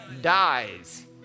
dies